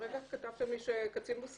כן, לפי הסכמי הסחר של